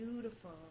beautiful